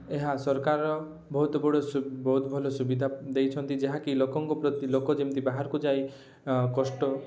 ଏହା ସରକାର ବହୁତ ଗୁଡ଼େ ବହୁତ ଭଲ ସୁବିଧା ଦେଇଛନ୍ତି ଯାହାକି ଲୋକଙ୍କ ପ୍ରତି ଲୋକ ଯେମିତି ବାହାରକୁ ଯାଇ କଷ୍ଟ